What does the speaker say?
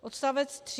Odstavec 3.